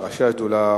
ראשי השדולה,